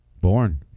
Born